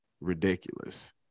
ridiculous